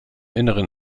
inneren